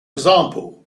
example